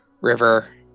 river